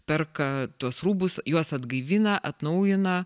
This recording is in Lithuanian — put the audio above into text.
perka tuos rūbus juos atgaivina atnaujina